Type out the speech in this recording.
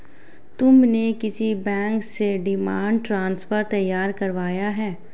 तुमने किस बैंक से डिमांड ड्राफ्ट तैयार करवाया है?